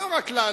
לא רק לנו,